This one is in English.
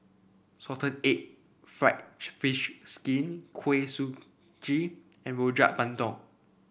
Salted Egg fried fish skin Kuih Suji and Rojak Bandung